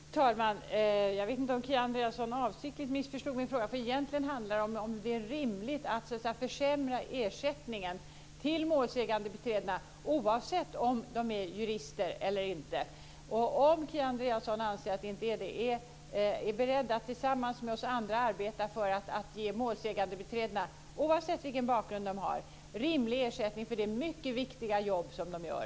Fru talman! Jag vet inte om Kia Andreasson avsiktligt missförstod min fråga, för egentligen handlade den om ifall det är rimligt att försämra ersättningen till målsägandebiträdena oavsett om de är jurister eller inte. Om Kia Andreasson anser att det inte är rimligt, är hon då beredd att tillsammans med oss andra arbeta för att ge målsägandebiträdena, oavsett vilken bakgrund de har, rimlig ersättning för det mycket viktiga jobb som de gör?